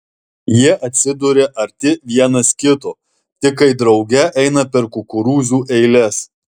jie atsiduria arti vienas kito tik kai drauge eina per kukurūzų eiles